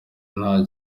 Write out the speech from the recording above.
nta